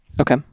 Okay